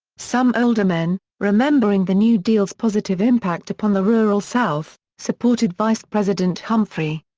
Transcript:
some older men, remembering the new deal's positive impact upon the rural south, supported vice-president humphrey.